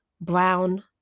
brown